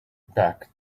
back